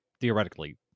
theoretically